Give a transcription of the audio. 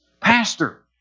Pastor